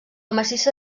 massissa